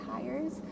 tires